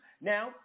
now